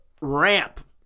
ramp